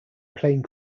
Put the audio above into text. plane